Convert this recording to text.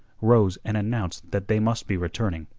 rose and announced that they must be returning.